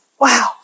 Wow